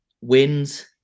wins